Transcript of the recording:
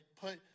put